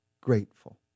grateful